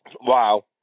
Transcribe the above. Wow